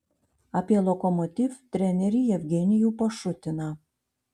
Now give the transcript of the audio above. apie lokomotiv trenerį jevgenijų pašutiną